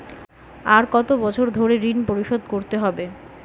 আর কত বছর ধরে ঋণ পরিশোধ করতে হবে?